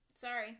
sorry